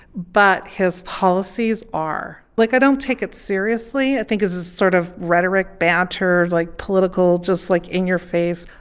but his policies are. like, i don't take it seriously. i think it's a sort of rhetoric, banter, like, political just, like, in your face.